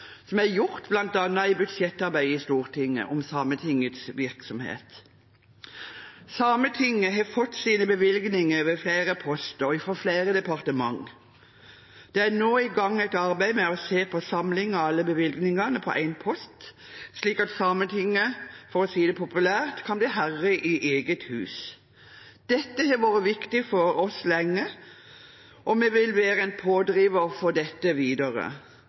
som er gjort, bl.a. i budsjettarbeidet i Stortinget, om Sametingets virksomhet. Sametinget har fått sine bevilgninger ved flere poster og fra flere departement. Det er nå i gang et arbeid med å se på samling av alle bevilgningene på én post, slik at Sametinget – for å si det populært – kan bli herre i eget hus. Dette har vært viktig for oss lenge, og vi vil være en pådriver for dette videre.